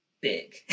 big